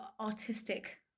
artistic